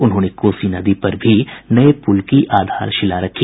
उन्होंने कोसी नदी पर भी नये पूल की आधारशिला रखी